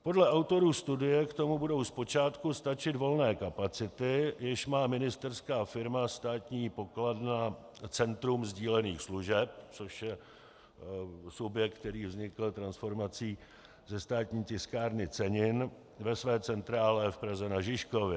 Podle autorů studie k tomu budou zpočátku stačit volné kapacity, jež má ministerská firma Státní pokladna Centrum sdílených služeb, což je subjekt, který vznikl transformací ze Státní tiskárny cenin ve své centrále v Praze na Žižkově.